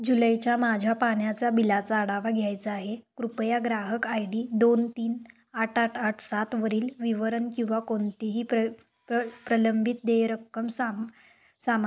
जुलैच्या माझ्या पाण्याच्या बिलाचा आढावा घ्यायचा आहे कृपया ग्राहक आयडी दोन तीन आठ आठ आठ सातवरील विवरण किंवा कोणतीही प्र प्र प्रलंबित देय रक्कम साम सामा